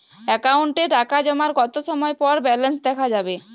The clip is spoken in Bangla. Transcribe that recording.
অ্যাকাউন্টে টাকা জমার কতো সময় পর ব্যালেন্স দেখা যাবে?